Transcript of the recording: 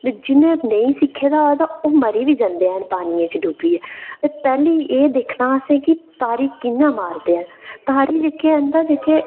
ते जि'नें नमेईं सिक्खे दा होऐ ते ओह् मरी बी जंदे न पानियै च डुब्बियै ते पैह्ली एह् दिक्खना असें कि तारी कि'यां मारदे न तारी जेह्के हैन ते जेह्के